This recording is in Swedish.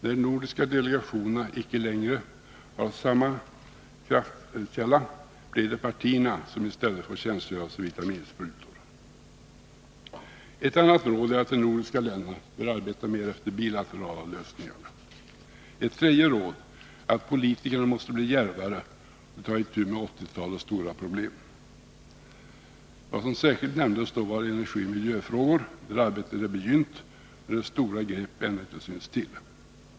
När de nordiska delegationerna icke längre är samma kraftkälla blir det partierna som i stället får tjänstgöra som vitaminsprutor. Ett annat råd är att de nordiska länderna bör arbeta mer efter bilaterala lösningar. Ett tredje råd är att politikerna måste bli djärvare och ta itu med 1980-talets stora problem. Vad som särskilt nämndes var energioch miljöfrågor, där arbetet är begynt men där stora grepp ännu icke synts till.